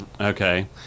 Okay